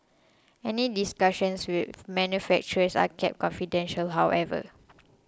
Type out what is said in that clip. any discussions with manufacturers are kept confidential however